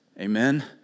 Amen